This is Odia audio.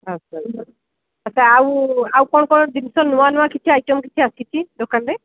ହଁ ଚଳିବ ଆଚ୍ଛା ଆଉ ଆଉ କ'ଣ କ'ଣ ଜିନିଷ ନୂଆ ନୂଆ କିଛି ଆଇଟମ୍ କିଛି ଆସିଛି ଦୋକାନରେ